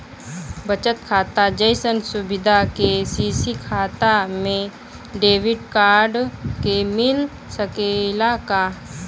बचत खाता जइसन सुविधा के.सी.सी खाता में डेबिट कार्ड के मिल सकेला का?